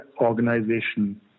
organization